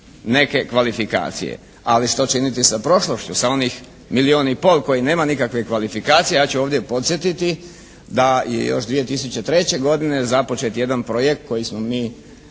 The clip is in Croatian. neke kvalifikacije. Ali što činiti sa prošlošću, sa onih milijun i pol koji nema nikakve kvalifikacije? Ja ću ovdje podsjetiti da je još 2003. godine započet jedan projekt koji smo mi